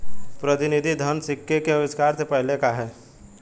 प्रतिनिधि धन सिक्के के आविष्कार से पहले का है